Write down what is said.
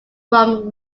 from